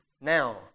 Now